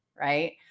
right